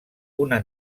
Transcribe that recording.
una